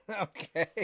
Okay